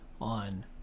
on